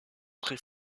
très